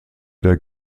der